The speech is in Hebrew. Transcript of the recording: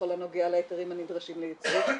בכלל לא נוגע להיתרים הנדרשים לייצוא,